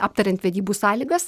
aptariant vedybų sąlygas